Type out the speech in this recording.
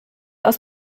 aus